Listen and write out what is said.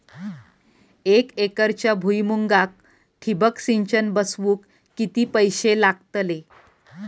एक एकरच्या भुईमुगाक ठिबक सिंचन बसवूक किती पैशे लागतले?